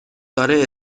داره